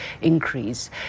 increase